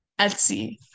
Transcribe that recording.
Etsy